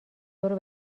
برو